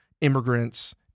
immigrants